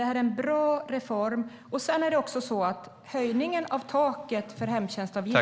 Det här är en bra reform. Man måste inte införa höjningen av taket för hemtjänstavgifterna.